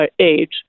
age